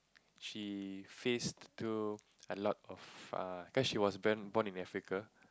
she faced through a lot of err cause she was born born in Africa